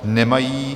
Nemají.